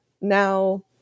now